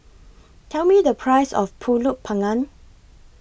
Tell Me The Price of Pulut Panggang